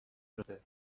شده